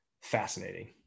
Fascinating